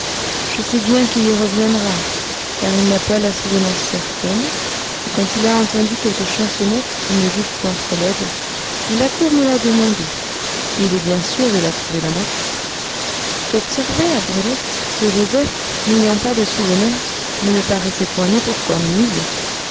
je sais bien qu'il y reviendra car il n'a pas la souvenance certaine et quand il a entendu quelque chansonnette qu'il ne juge point trop laide il accourt me la demander et il est bien sûr de la trouver dans ma tête j'observai à brulette que joseph n'ayant pas de souvenance ne me paraissait point né pour cornemuser